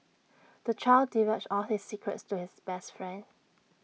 the child divulged all his secrets to his best friend